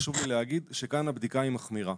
חשוב לי להגיד שכאן הבדיקה היא מחמירה.